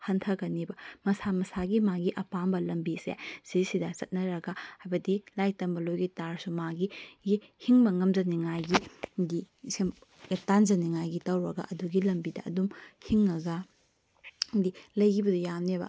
ꯍꯟꯊꯒꯅꯤꯕ ꯃꯁꯥ ꯃꯁꯥꯒꯤ ꯃꯥꯒꯤ ꯑꯄꯥꯝꯕ ꯂꯝꯕꯤꯁꯦ ꯑꯁꯤꯁꯤꯗ ꯆꯠꯅꯔꯒ ꯍꯥꯏꯕꯗꯤ ꯂꯥꯏꯔꯤꯛ ꯇꯝꯕ ꯂꯣꯏꯈꯤꯕ ꯇꯥꯔꯕꯁꯨ ꯃꯥꯒꯤ ꯍꯤꯡꯕ ꯉꯝꯖꯅꯤꯡꯉꯥꯏꯒꯤ ꯇꯥꯟꯖꯟꯅꯤꯉꯥꯏꯒꯤ ꯇꯧꯔꯒ ꯑꯗꯨꯒꯤ ꯂꯝꯕꯤꯗ ꯑꯗꯨꯝ ꯍꯤꯡꯉꯒ ꯗꯤ ꯂꯩꯒꯤꯕꯗꯣ ꯌꯥꯅꯦꯕ